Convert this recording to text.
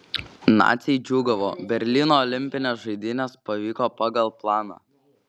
naciai džiūgavo berlyno olimpinės žaidynės pavyko pagal planą